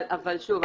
אבל שוב,